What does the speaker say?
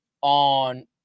on